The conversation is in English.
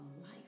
life